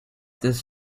this